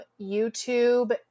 YouTube